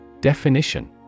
Definition